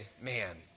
man